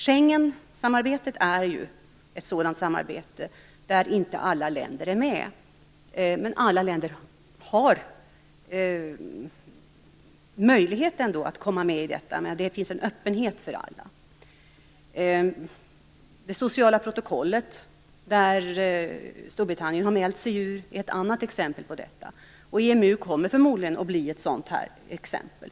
Schengensamarbetet är ju ett sådant samarbete, där inte alla länder är med men där ändå alla har möjlighet att komma med. Det finns en öppenhet för alla. Det sociala protokollet, som Storbritannien har mält sig ut ur, är ett annat exempel på detta. Också EMU kommer förmodligen att bli ett sådant exempel.